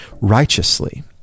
righteously